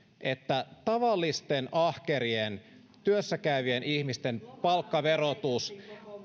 että tavallisten ahkerien työssäkäyvien ihmisten palkkaverotus